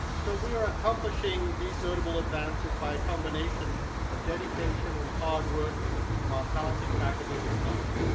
so we are accomplishing these notable advancements by a combination of dedication and hard work from our talented faculty and staff,